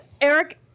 Eric